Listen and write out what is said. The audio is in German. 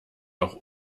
auch